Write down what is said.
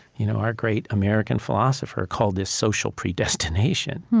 you know our great american philosopher, called this social predestination.